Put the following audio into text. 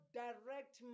direct